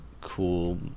cool